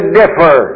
differ